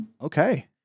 Okay